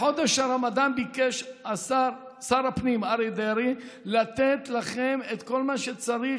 לחודש הרמדאן ביקש שר הפנים אריה דרעי לתת לכם את כל מה שצריך,